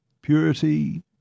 Purity